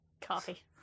Coffee